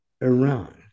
Iran